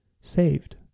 saved